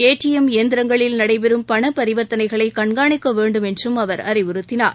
ATM இயந்திரங்களில் நடைபெறும் பணப் பரிவர்த்தனைகளை கண்காணிக்க வேண்டும் என்றும் அவர் அறிவுறுத்தினார்